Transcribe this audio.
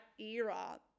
era